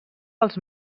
pels